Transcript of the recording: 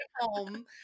home